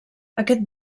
aquest